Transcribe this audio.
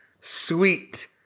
sweet